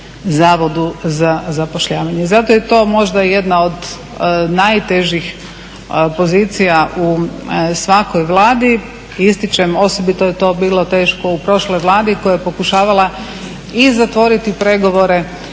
Zavodu za zapošljavanje. I zato je to možda jedna od najtežih pozicija u svakoj vladi. Ističem, osobito je to bilo teško u prošloj vladi koja je pokušavala i zatvoriti pregovore,